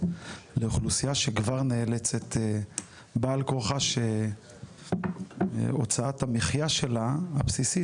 לאוכלוסייה שכבר נאלצת בעל כורחה שהוצאת המחיה שלה הבסיסית